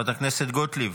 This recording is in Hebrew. חברת הכנסת גוטליב,